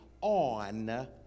on